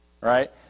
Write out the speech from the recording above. right